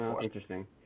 Interesting